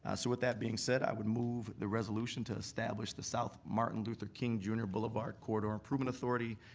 ah so with that being said i would move the resolution to establish the south martin luther king, jr. blvd. corridor improvement authority,